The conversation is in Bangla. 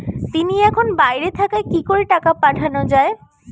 তিনি এখন বাইরে থাকায় কি করে টাকা পাঠানো য়ায়?